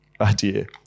idea